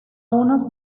unos